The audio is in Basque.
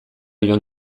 joan